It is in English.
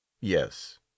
Yes